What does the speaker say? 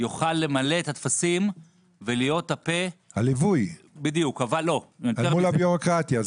יוכל למלא את הטפסים ולהיות הפה הליווי אל מול הבירוקרטיה,